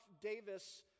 Davis